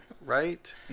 right